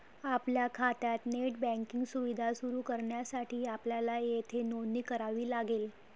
आपल्या खात्यात net banking सुविधा सुरू करण्यासाठी आपल्याला येथे नोंदणी करावी लागेल